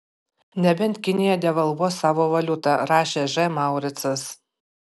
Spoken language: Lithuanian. nebent kinija devalvuos savo valiutą rašė ž mauricas